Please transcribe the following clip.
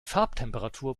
farbtemperatur